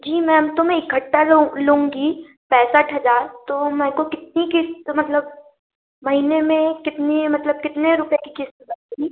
जी ma'am तो मैं इकट्ठा लूँ लूँगी पैंसठ हजार तो मेको कितनी किस्त मतलब महीने में कितनी मतलब कितने रुपए कि किस्त बनेगी